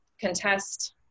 contest